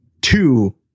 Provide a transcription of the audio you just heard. two